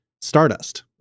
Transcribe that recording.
Stardust